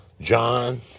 John